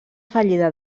fallida